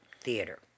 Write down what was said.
theater